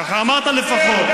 ככה אמרת לפחות.